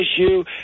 issue